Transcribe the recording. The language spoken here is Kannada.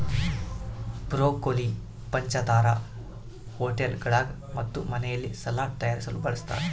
ಬ್ರೊಕೊಲಿ ಪಂಚತಾರಾ ಹೋಟೆಳ್ಗುಳಾಗ ಮತ್ತು ಮನೆಯಲ್ಲಿ ಸಲಾಡ್ ತಯಾರಿಸಲು ಬಳಸತಾರ